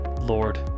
Lord